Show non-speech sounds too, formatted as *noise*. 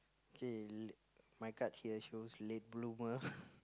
okay my card here shows late bloomer *breath*